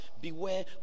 Beware